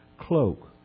cloak